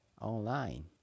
online